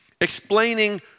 Explaining